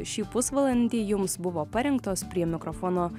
šį pusvalandį jums buvo parengtos prie mikrofono